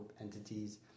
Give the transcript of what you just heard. entities